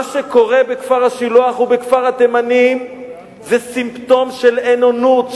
מה שקורה בכפר-השילוח ובכפר-התימנים זה סימפטום של אין-אונות,